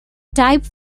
type